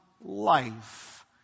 life